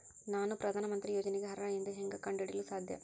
ನಾನು ಪ್ರಧಾನ ಮಂತ್ರಿ ಯೋಜನೆಗೆ ಅರ್ಹ ಎಂದು ಹೆಂಗ್ ಕಂಡ ಹಿಡಿಯಲು ಸಾಧ್ಯ?